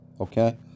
okay